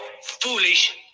foolish